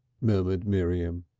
murmured miriam.